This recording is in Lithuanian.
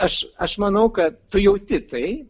aš aš manau kad tu jauti tai